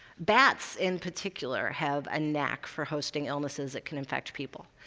bats, in particular, have a knack for hosting illnesses that can infect people.